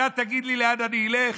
אתה תגיד לי לאן אני אלך?